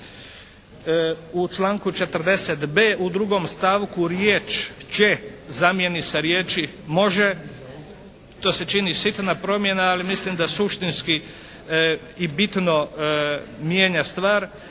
u članku 40.b u 2. stavku riječ: "će" zamijeni sa riječi: "može". To se čini sitna promjena, ali mislim da suštinski i bitno mijenja stvar.